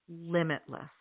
limitless